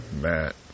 Matt